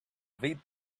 bit